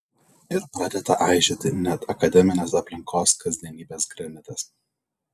ir pradeda aižėti net akademinės aplinkos kasdienybės granitas